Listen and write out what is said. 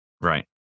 Right